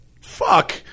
Fuck